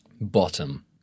bottom